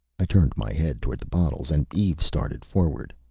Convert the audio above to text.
i turned my head toward the bottles, and eve started forward.